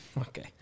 Okay